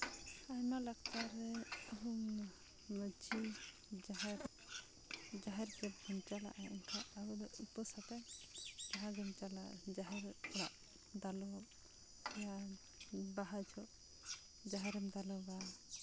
ᱟᱭᱢᱟ ᱞᱟᱠᱪᱟᱨ ᱨᱮ ᱢᱟᱹᱡᱷᱤ ᱡᱟᱦᱮᱨ ᱛᱮᱵᱚᱱ ᱪᱟᱞᱟᱜᱼᱟ ᱮᱱᱠᱷᱟᱱ ᱟᱵᱚ ᱫᱚ ᱩᱯᱟᱹᱥ ᱠᱟᱛᱮᱫ ᱡᱟᱦᱟᱸ ᱜᱮᱢ ᱪᱟᱞᱟᱜᱼᱟ ᱡᱟᱦᱮᱨ ᱚᱲᱟᱜ ᱫᱟᱞᱚᱵ ᱵᱟᱦᱟ ᱡᱚᱦᱚᱜ ᱡᱟᱦᱮᱨᱮᱢ ᱫᱟᱞᱚᱵᱟ